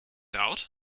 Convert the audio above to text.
out